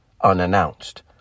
unannounced